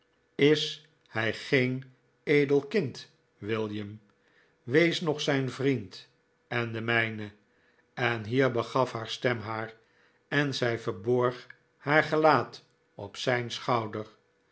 is hij geen edelkind william wees nog zijn vriend en de mijne en hier begaf haar stem haar en zij verborg haar gelaat op zijn schouder